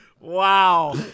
Wow